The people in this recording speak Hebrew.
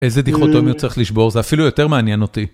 איזה דיכוטומיות צריך לשבור, זה אפילו יותר מעניין אותי.